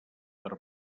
per